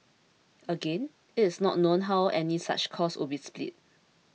again it is not known how any such cost would be split